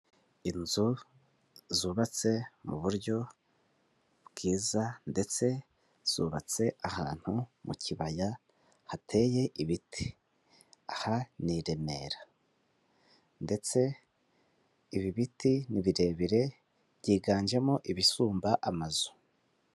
Inzu zubatse mu buryo bwiza ndetse zubatse ahantu mu kibaya hateye ibiti, aha ni i Remera ndetse ibi biti ni birebire byiganjemo ibisumba amazu.